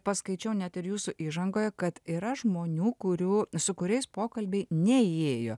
paskaičiau net ir jūsų įžangoje kad yra žmonių kurių su kuriais pokalbiai neįėjo